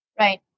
Right